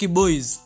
boys